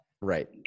Right